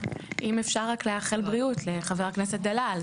אם אפשר לאחל בריאות לחבר הכנסת דלל.